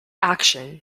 action